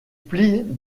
plis